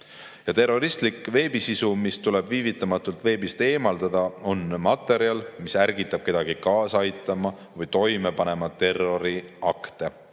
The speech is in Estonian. Terroristlik veebisisu, mis tuleb viivitamatult veebist eemaldada, on materjal, mis ärgitab kedagi kaasa aitama terroriaktidele